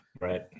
Right